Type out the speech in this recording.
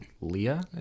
Leah